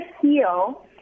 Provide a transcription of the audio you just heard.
heal